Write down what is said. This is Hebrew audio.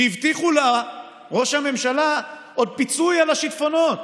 שעוד הבטיח לה ראש הממשלה פיצוי על השיטפונות.